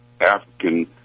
African